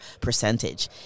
percentage